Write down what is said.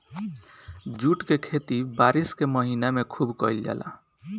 jute के खेती बारिश के महीना में खुब कईल जाला